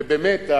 ובאמת,